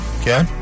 Okay